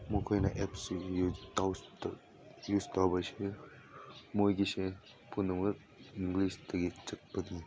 ꯃꯈꯣꯏꯅ ꯑꯦꯞꯁꯤꯡ use use ꯇꯧꯕꯁꯤ ꯃꯣꯏꯒꯤꯁꯦ ꯄꯨꯝꯅꯃꯛ ꯏꯪꯂꯤꯁꯇꯒꯤ ꯆꯠꯄꯅꯤ